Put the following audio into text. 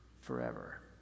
forever